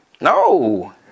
No